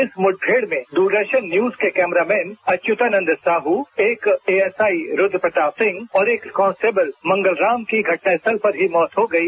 इस मुठभेड़ में दूरदर्शन न्यूज के कैमरामेन अच्युतानंद साहू एक एएसआई रूद्रप्रताप सिंह और एक कांस्टेबल मंगल राम की घटनास्थल पर ही मौत हो गई